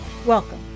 Welcome